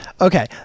Okay